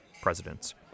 presidents